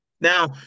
Now